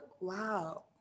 wow